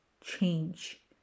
change